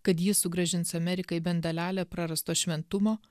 kad jis sugrąžins amerikai bent dalelę prarasto šventumo